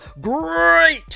great